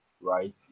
right